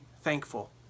thankful